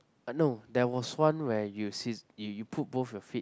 uh no there was one where you sit you you put both of your feet